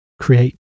create